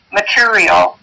material